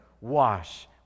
wash